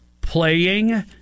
playing